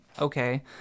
okay